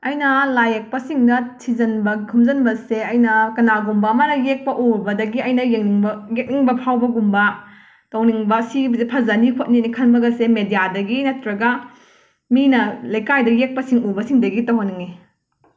ꯑꯩꯅ ꯂꯥꯏ ꯌꯦꯛꯄꯁꯤꯡꯅ ꯊꯤꯖꯤꯟꯕ ꯈꯣꯝꯖꯤꯟꯕꯁꯦ ꯑꯩꯅ ꯀꯅꯥꯒꯨꯝꯕ ꯑꯃꯅ ꯌꯦꯛꯄ ꯎꯔꯨꯕꯗꯒꯤ ꯑꯩꯅ ꯌꯦꯡꯅꯤꯡꯕ ꯌꯦꯛꯅꯤꯡꯕ ꯐꯥꯎꯕꯒꯨꯝꯕ ꯇꯧꯅꯤꯡꯕ ꯁꯤ ꯏꯕꯁꯦ ꯐꯖꯅꯤ ꯈꯧꯠꯅꯤ ꯈꯟꯕꯒꯁꯦ ꯃꯦꯗ꯭ꯌꯥꯗꯒꯤ ꯅꯠꯇ꯭ꯔꯒ ꯃꯤꯅ ꯂꯩꯀꯥꯏꯗ ꯌꯦꯛꯄꯁꯤꯡ ꯎꯕꯁꯤꯡꯗꯒꯤ ꯇꯧꯍꯟꯅꯤꯡꯉꯦ